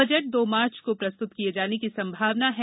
budget दो March को प्रस्तुत किये जाने की संभावना है